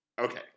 Okay